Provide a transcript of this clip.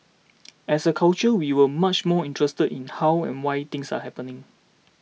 as a culture we will much more interested in how and why things are happening